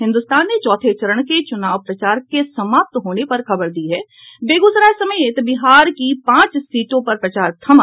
हिन्दुस्तान ने चौथे चरण के चुनाव प्रचार के समाप्त होने पर खबर दी है बेगूसराय समेत बिहार की पांच सीटों पर प्रचार थमा